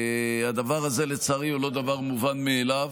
הדבר הזה, לצערי, הוא לא דבר מובן מאליו.